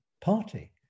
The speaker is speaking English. party